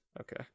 okay